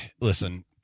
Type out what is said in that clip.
listen